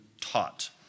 taught